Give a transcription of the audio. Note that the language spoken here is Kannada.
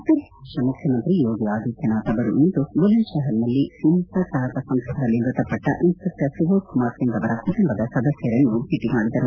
ಉತ್ತರ ಪ್ರದೇಶ ಮುಖ್ಯಮಂತ್ರಿ ಯೋಗಿ ಆದಿತ್ತನಾಥ್ ಅವರು ಇಂದು ಬುಲಂದ್ ಶಹರ್ನಲ್ಲಿ ಹಿಂಸಾಚಾರದ ಸಂದರ್ಭದಲ್ಲಿ ಮೃತಪಟ್ಟ ಇನ್ಸಪೆಕ್ಷರ್ ಸುಬೋಧ್ ಕುಮಾರ್ ಸಿಂಗ್ ಅವರ ಕುಟುಂಬದ ಸದಸ್ಯರನ್ನು ಭೇಟಿ ಮಾಡಿದರು